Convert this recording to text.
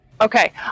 Okay